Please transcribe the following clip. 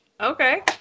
Okay